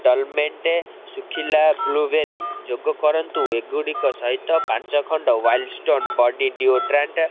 ଡଲ୍ମେଣ୍ଟେ ଶୁଖିଲା ବ୍ଲୁବେରୀ ଯୋଗ କରନ୍ତୁ ଏଗୁଡ଼ିକ ସହିତ ପାଞ୍ଚଖଣ୍ଡ ୱାଇଲ୍ଡ଼୍ ଷ୍ଟୋନ୍ ବଡ଼ି ଡିଓଡ଼୍ରାଣ୍ଟ୍